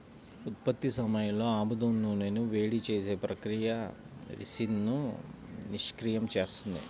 ఉత్పత్తి సమయంలో ఆముదం నూనెను వేడి చేసే ప్రక్రియ రిసిన్ను నిష్క్రియం చేస్తుంది